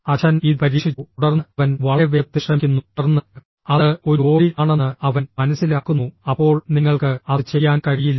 അച്ഛൻ ഇത് പരീക്ഷിച്ചു തുടർന്ന് അവൻ വളരെ വേഗത്തിൽ ശ്രമിക്കുന്നു തുടർന്ന് അത് ഒരു ഓഡി ആണെന്ന് അവൻ മനസ്സിലാക്കുന്നു അപ്പോൾ നിങ്ങൾക്ക് അത് ചെയ്യാൻ കഴിയില്ല